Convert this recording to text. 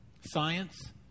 science